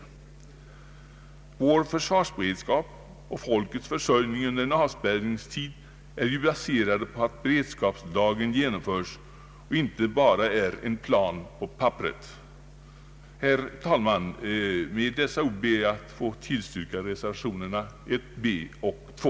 Vår försvarsberedskap och folkets försörjning under en avspärrningstid är ju baserad på att beredskapsplanen genomförs och inte bara blir en plan på papperet. Herr talman! Med dessa ord ber jag att få yrka bifall till reservationerna 1 b och 2.